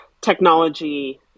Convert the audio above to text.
technology